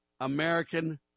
American